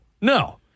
no